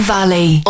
Valley